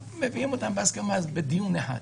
מביאים אותם בהסכמה אז זה נפתר בדיון אחד.